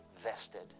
vested